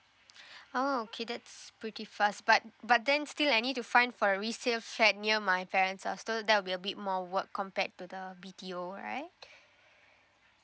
oh okay that's pretty fast but but then still I need to find for a resale flat near my parents are still there will be a bit more work compared to the B_T_O right